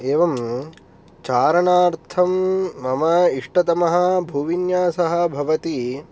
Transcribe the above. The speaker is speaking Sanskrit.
एवं चारणार्थं मम इष्टतमः भुविन्यासः भवति